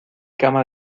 cama